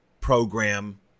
program